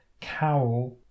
cowl